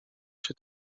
się